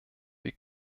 wir